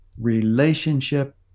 relationship